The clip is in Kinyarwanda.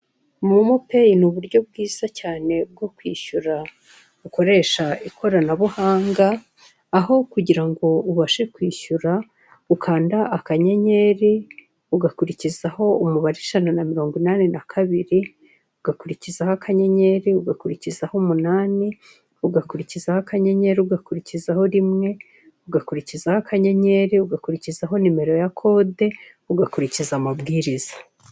Momo peyi iri mu buryo bwiza cyane bwo kwishyura bukoresha ikoranabuhanga aho kugira ngo ubashe kwishyura ukanda akanyenyeri ugakurikizaho umurongo w'ijana na mirongo inani na kabiri ugakurikizaho akanyenyeri ugakurikizaho umunani ugakurikizaho akanyenyeri ugakurikizaho rimwe ugakurikizaho akanyenyeri ugakurikizaho nimero ya kode ugakurikiza amabwiriza.